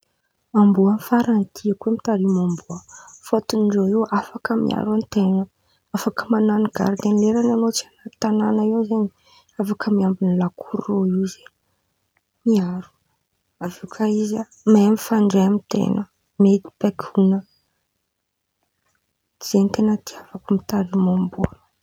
Amboa faran̈y tiako mitarimo amboa fôtiny irô io afaka miaro an-ten̈a, afaka man̈ano gardìn leran̈y an̈ao tsy amy tan̈àna eo zen̈y afaka miambin̈y lakoro reo zen̈y, miaro, afaka kà izy mahay mifandray amy ten̈a, mety baikon̈a, zen̈y ten̈a itiavako mitarimo amboa.